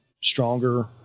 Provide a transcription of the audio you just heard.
stronger